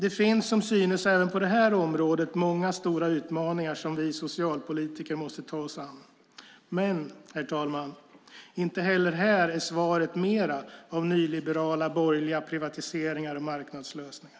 Det finns som synes även på det här området många stora utmaningar som vi socialpolitiker måste ta oss an. Men, herr talman, inte heller här är svaret mer av nyliberala, borgerliga privatiseringar och marknadslösningar.